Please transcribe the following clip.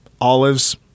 olives